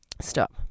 stop